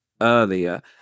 earlier